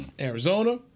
Arizona